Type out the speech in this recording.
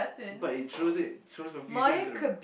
but it throws it throws confusion into the